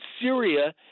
Syria